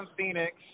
Phoenix